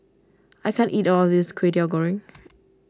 I can't eat all of this Kway Teow Goreng